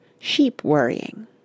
sheep-worrying